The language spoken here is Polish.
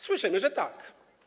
Słyszymy, że tak.